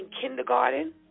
kindergarten